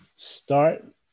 start